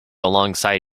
alongside